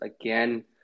again